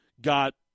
Got